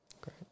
Great